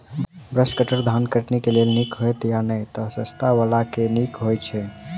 Brush cutter धान कटनी केँ लेल नीक हएत या नै तऽ सस्ता वला केँ नीक हय छै?